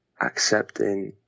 accepting